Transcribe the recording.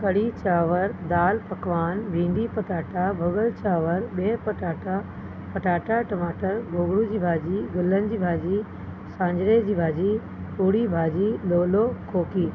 कढ़ी चांवर दाल पकवान भिंडी पटाटा भुगल चांवर बिह पटाटा पटाटा टमाटा गोगिड़ू जी भाॼी गुलन जी भाॼी स्वांजरे जी भाॼी पूड़ी भाॼी लोलो कोकी